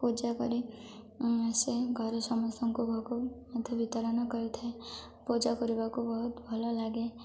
ପୂଜା କରି ଆସେ ଘରେ ସମସ୍ତଙ୍କୁ ଭୋଗ ମଧ୍ୟ ବିତରଣ କରିଥାଏ ପୂଜା କରିବାକୁ ବହୁତ ଭଲ ଲାଗେ